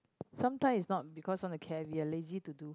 sometime is not because want to care we are lazy to do